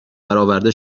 برآورده